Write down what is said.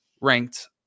ranked